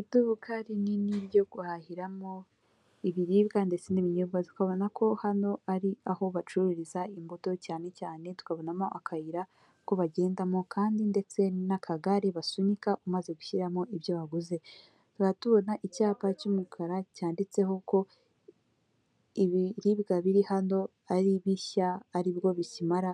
Iduka rinini ryo guhahiramo ibiribwa ndetse n'ibinyobwa tukabona ko hano ari aho bacururiza imbuto cyane cyane tukabonamo akayira ko bagendamo kandi ndetse n'akagare basunika umaze gushyiramo ibyo waguze tukaba tubona icyapa cy'umukara cyanditseho ko ibiribwa biri hano ari bishya aribwo bikimara